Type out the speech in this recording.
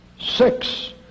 Six